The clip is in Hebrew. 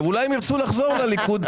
אולי הם ירצו לחזור לליכוד.